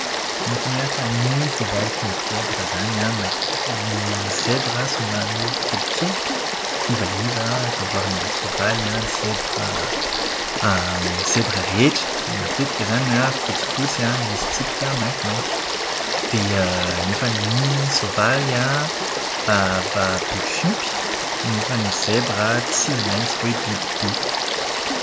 Ny mahasamihafa ny soavaly sy zebra izany an, ny zebra somary kelikely, ivaiva raha oharina amin'ny soavaly an, ny zebra ny zebra rehetra matetika izany an, fotsifotsy misy tsipika maintimainty. Dia fa ny soavaly an, biby fiompy nefa ny zebra tsy maintsy hoe biby dia.